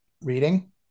reading